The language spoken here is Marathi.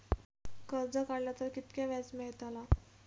कर्ज काडला तर कीतक्या व्याज मेळतला?